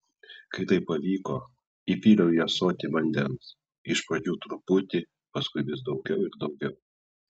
kai tai pavyko įpyliau į ąsotį vandens iš pradžių truputį paskui vis daugiau ir daugiau